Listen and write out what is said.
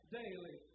daily